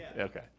Okay